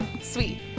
Sweet